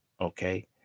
okay